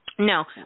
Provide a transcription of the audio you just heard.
No